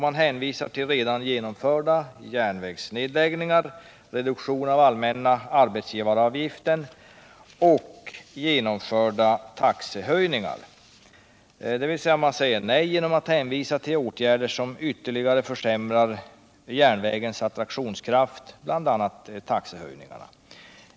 Man hänvisar till redan genomförda järnvägsnedläggningar, reduktion av allmänna arbetsgivaravgiften och genomförda taxehöjningar, dvs. man säger nej genom att hänvisa till åtgärder, bl.a. taxehöjningarna, som ytterligare försämrar järnvägens attraktionskraft.